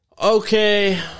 Okay